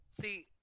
See